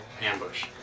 ambush